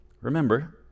Remember